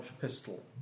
pistol